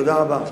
תודה רבה.